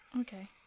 okay